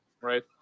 Right